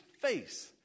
face